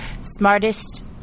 smartest